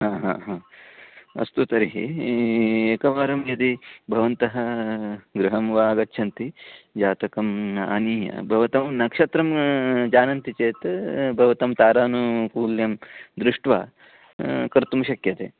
आ हा ह अस्तु तर्हि एकवारं यदि भवन्तः गृहं वा आगच्छन्ति जातकम् आनीय भवतां नक्षत्रं जानन्ति चेत् भवतां तारानुकूल्यं दृष्ट्वा कर्तुं शक्यते